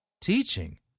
teaching